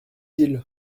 ils